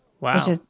Wow